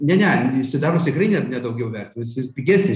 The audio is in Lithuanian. ne ne sidabras tikrai ne ne daugiau vertas jis pigesnis